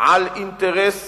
על אינטרס